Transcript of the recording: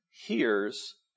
hears